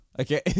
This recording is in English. Okay